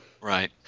Right